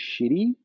shitty